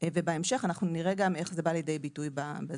ובהמשך אנחנו נראה גם איך זה בא לידי ביטוי בזכויות.